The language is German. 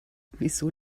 wieso